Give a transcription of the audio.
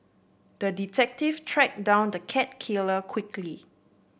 the detective tracked down the cat killer quickly